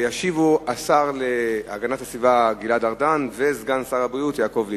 ישיבו השר להגנת הסביבה וסגן שר הבריאות הרב יעקב ליצמן.